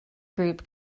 group